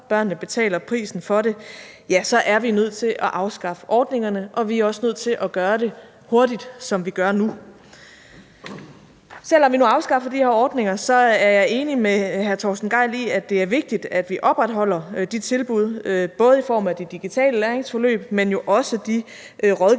børnene betaler prisen for det, ja, så er vi nødt til at afskaffe ordningerne, og vi er også nødt til at gøre det hurtigt, som vi gør det nu. Selv om vi nu afskaffer de her ordninger, er jeg enig med hr. Torsten Gejl i, at det er vigtigt, at vi opretholder de tilbud i form af både de digitale læringsforløb, men jo også de rådgivnings-